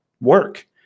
work